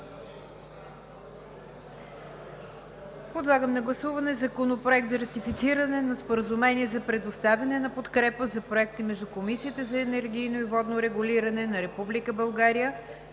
Подлагам на гласуване Законопроект за ратифициране на Споразумение за предоставяне на подкрепа за проекти между Комисията за енергийно и водно регулиране на